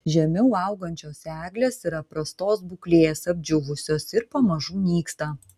žemiau augančios eglės yra prastos būklės apdžiūvusios ir pamažu nyksta